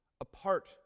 apart